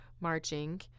marching